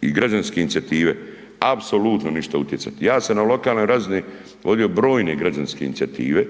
i građanske inicijative apsolutno na ništa utjecati. Ja sam na lokalnoj razini vodio brojne građanske inicijative